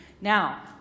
Now